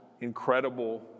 incredible